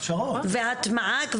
והטמעה.